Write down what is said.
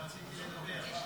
רציתי לדבר.